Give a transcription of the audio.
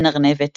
בן-ארנבת!